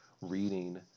reading